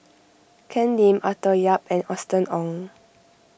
Ken Lim Arthur Yap and Austen Ong